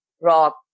rock